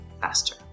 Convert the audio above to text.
faster